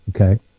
okay